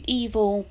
evil